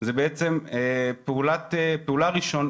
זה פעולה ראשונית,